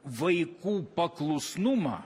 vaikų paklusnumą